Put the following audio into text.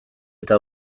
eta